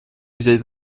взять